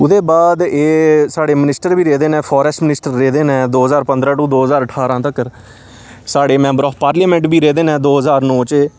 ओह्दे बाद एह् साढ़े मिनिस्टर बी रेह्दे न फाररेस्ट मिनिस्टर रेह्दे न दो ज्हार पंदरां टू दो ज्हार ठारां तकर साढ़े मम्बर ऑफ पार्लियमेंट बी रेह्दे न दो ज्हार नौ च एह्